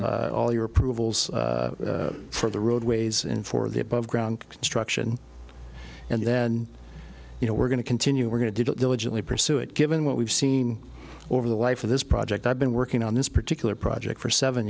and all your approvals for the roadways and for the above ground construction and then you know we're going to continue we're going to diligently pursue it given what we've seen over the life of this project i've been working on this particular project for seven